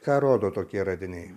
ką rodo tokie radiniai